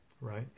right